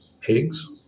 pigs